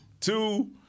Two